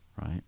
Right